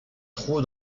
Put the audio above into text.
trou